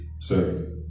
sir